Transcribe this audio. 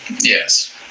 Yes